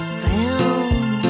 bound